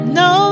no